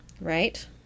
Right